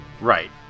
Right